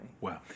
Wow